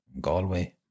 Galway